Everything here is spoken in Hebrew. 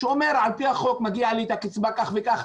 שאומר שעל פי החוק מגיע לי את הקצבה כך וכך.